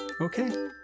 Okay